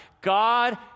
God